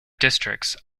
districts